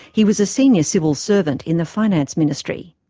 he was a senior civil servant in the finance ministry.